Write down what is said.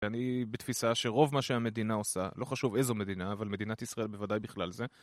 אני בתפיסה שרוב מה שהמדינה עושה, לא חשוב איזו מדינה, אבל מדינת ישראל בוודאי בכלל זה, ...